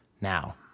Now